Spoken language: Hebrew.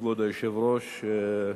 כבוד היושב-ראש,